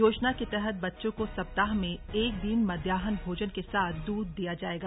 योजना के तहत बच्चों को सप्ताह में एक दिन मध्याहन भोजन के साथ दूध दिया जाएगा